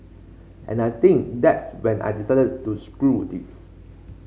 and I think that's when I decided to screw this